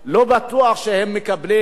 לא בטוח שהם מקבלים,